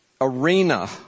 arena